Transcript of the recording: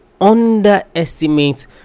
underestimate